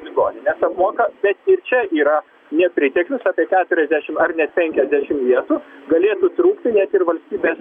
ligoninės apmoka bet čia yra nepriteklius apie keturiasdešim ar net penkiasdešim vietų galėtų trūkti net ir valstybės